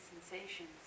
sensations